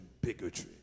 bigotry